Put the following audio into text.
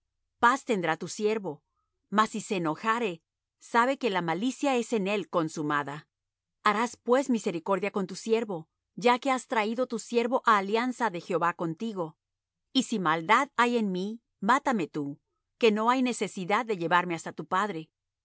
paz tendrá tu siervo mas si se enojare sabe que la malicia es en él cosumada harás pues misericordia con tu siervo ya que has traído tu siervo á alianza de jehová contigo y si maldad hay en mí mátame tú que no hay necesidad de llevarme hasta tu padre